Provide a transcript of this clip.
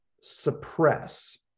suppress